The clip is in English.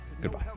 goodbye